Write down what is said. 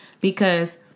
because-